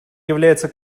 является